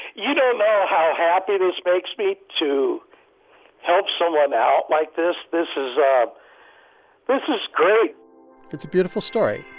you don't know how happy this makes me to help someone out like this. this is ah this is great it's a beautiful story.